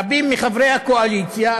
רבים מחברי הקואליציה,